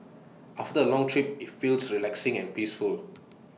after A long trip IT feels relaxing and peaceful